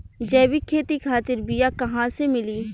जैविक खेती खातिर बीया कहाँसे मिली?